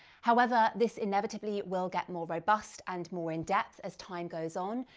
however, this inevitably will get more robust and more in depth as time goes on.